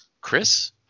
Chris